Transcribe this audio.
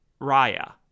Raya